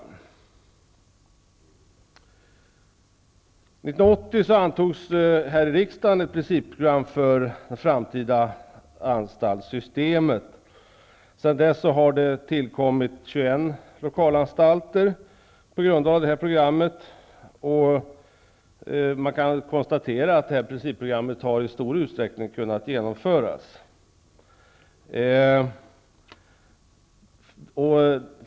1980 antogs här i riksdagen ett principprogram för det framtida anstaltssystemet. Sedan dess har det tillkommit 21 lokalanstalter på grundval av programmet, och man kan väl konstatera att principprogrammet i stor utsträckning har kunnat genomföras.